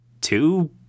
two